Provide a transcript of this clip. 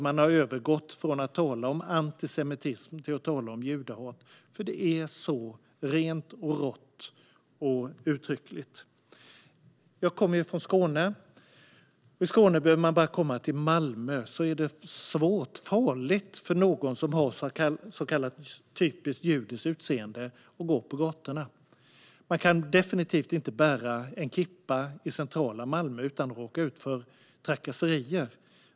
Man har övergått från att tala om antisemitism till att tala om judehat, för det är så rent och rått och uttryckligt. Jag kommer från Skåne. I Skåne behöver man bara komma till Malmö för att mötas av en miljö där det är svårt och farligt för någon som har ett så kallat typiskt judiskt utseende att gå på gatorna. Man kan definitivt inte bära en kippa i centrala Malmö utan att råka ut för trakasserier.